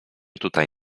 tutaj